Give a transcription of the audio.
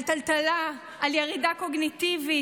על טלטלה, על ירידה קוגניטיבית,